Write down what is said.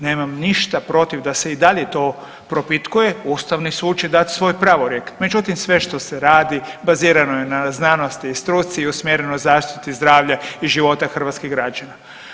Nemam ništa protiv da se i dalje to propitkuje Ustavni sud će dat svoj pravorijek, međutim sve što se radi bazirano je na znanosti i struci i usmjereno zaštiti zdravlja i života hrvatskih građana.